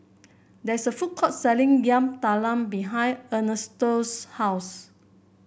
there is a food court selling Yam Talam behind Ernesto's house